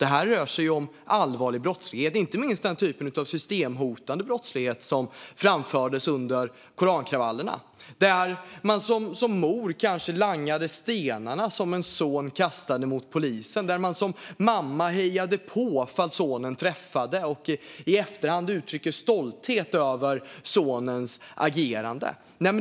Det här rör sig om allvarlig brottslighet, inte minst den typ av systemhotande brottslighet som vi såg under korankravallerna. Där kunde det röra sig om att man som mor langade stenarna som en son kastade mot polisen eller att man som mamma hejade på om sonen träffade och i efterhand uttryckte stolthet över sonens agerande.